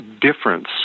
difference